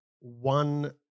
one